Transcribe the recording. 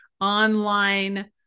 online